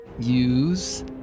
use